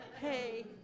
hey